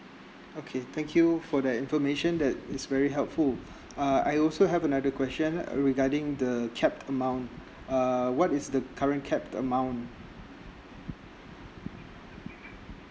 okay thank you for that information that is very helpful uh I also have another question regarding the cap amount uh what is the current cap amount